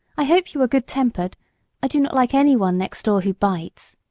i hope you are good-tempered i do not like any one next door who bites.